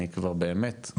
אני כבר באמת,